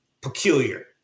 peculiar